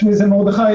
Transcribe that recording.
שמי מרדכי,